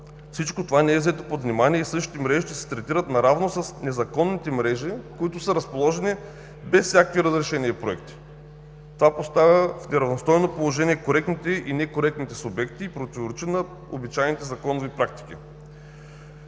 Всичко това не е взето под внимание и същите мрежи ще се третират наравно с незаконните мрежи, които са разположени без всякакви разрешения и проекти. Това поставя в неравностойно положение коректните и некоректните субекти и противоречи на обичайните законови практики.